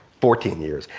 fourteen years.